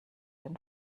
den